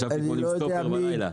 ישבתי אתמול עם סטופר בלילה.